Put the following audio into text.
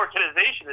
organization